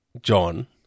John